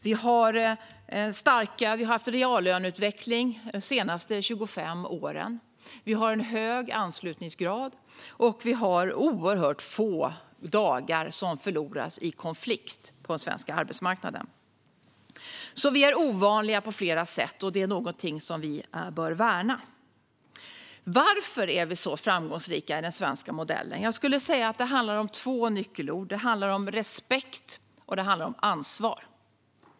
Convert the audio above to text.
Vi har haft en reallöneutveckling de senaste 25 åren. Vi har en hög anslutningsgrad, och vi har oerhört få dagar som förloras i konflikt på den svenska arbetsmarknaden. Vi är alltså ovanliga på flera sätt, och detta är någonting som vi bör värna. Varför är vi så framgångsrika i den svenska modellen? Jag skulle säga att det handlar om två nyckelord: respekt och ansvar.